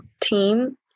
team